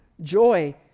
Joy